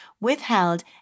withheld